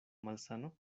malsano